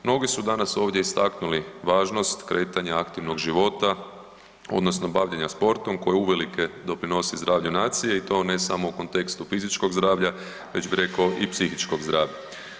Mnogi su danas ovdje istaknuli važnost kretanja aktivnog života, odnosno bavljenja sportom koji uvelike doprinosi zdravlju nacije i to ne samo u kontekstu fizičkog zdravlja već preko i psihičkog zdravlja.